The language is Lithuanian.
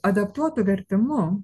adaptuotu vertimu